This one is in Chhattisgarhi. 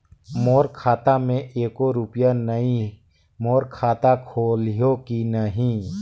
मोर खाता मे एको रुपिया नइ, मोर खाता खोलिहो की नहीं?